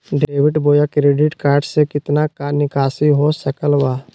Debit बोया credit card से कितना का निकासी हो सकल बा?